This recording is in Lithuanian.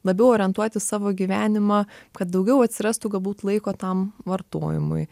labiau orientuoti savo gyvenimą kad daugiau atsirastų galbūt laiko tam vartojimui